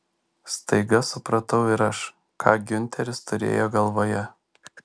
staiga supratau ir aš ką giunteris turėjo galvoje